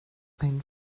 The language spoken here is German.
ein